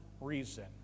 reason